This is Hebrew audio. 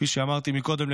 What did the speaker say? כפי שאמרתי קודם,